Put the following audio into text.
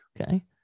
Okay